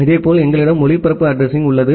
இதேபோல் எங்களிடம் ஒளிபரப்பு அட்ரஸிங்உள்ளது